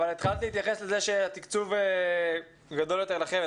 אבל התחלת להתייחס לזה שהתקצוב גדול יותר לחמ"ד.